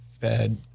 fed